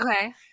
okay